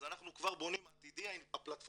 אז אנחנו כבר בונים, אנחנו